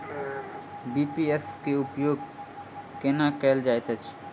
BBPS केँ उपयोग केना कएल जाइत अछि?